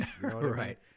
Right